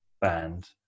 band